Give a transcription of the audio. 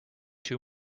too